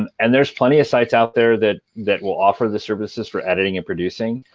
and and there's plenty of sites out there that that will offer the services for editing and producing.